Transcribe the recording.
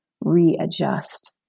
readjust